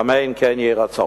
אמן, כן יהי רצון.